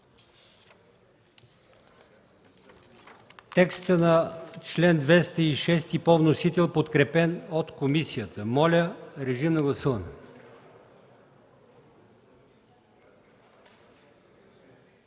текста на чл. 206 по вносител, подкрепен от комисията. Моля, режим на гласуване.